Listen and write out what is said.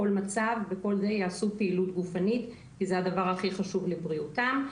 בכל מצב יעשו פעילות גופנית כי זה הדבר הכי חשוב לבריאותם.